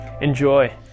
Enjoy